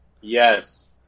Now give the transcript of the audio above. Yes